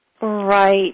Right